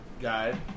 guide